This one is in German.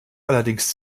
allerdings